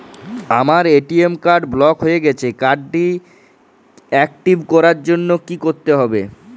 আমার ATM card block হয়ে গেছে কার্ড টি একটিভ করার জন্যে কি করতে হবে?